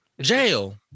Jail